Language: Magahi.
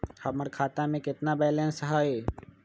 हमर खाता में केतना बैलेंस हई?